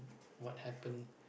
what happened